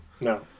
No